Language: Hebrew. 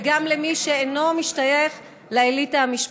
וגם למי שאינו משתייך לאליטה המשפטית.